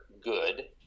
good